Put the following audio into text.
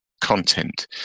content